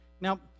Now